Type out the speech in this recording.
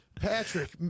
patrick